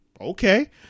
Okay